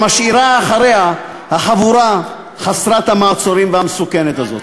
שמשאירה אחריה החבורה חסרת המעצורים והמסוכנת הזאת.